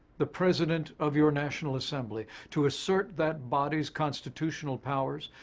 the president of your national assembly, to assert that body's constitutional powers,